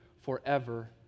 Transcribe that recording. forever